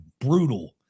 brutal